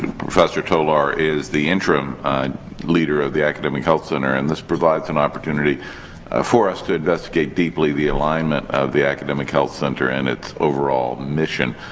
professor tolar is the interim leader of the academic health center. and this provides an opportunity for us to investigate deeply the alignment of the academic health center and its overall mission.